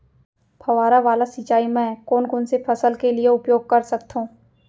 फवारा वाला सिंचाई मैं कोन कोन से फसल के लिए उपयोग कर सकथो?